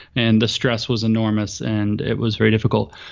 and the stress was enormous. and it was very difficult.